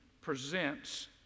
presents